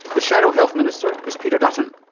the shadow health minister is peter dutton.